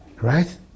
right